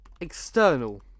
external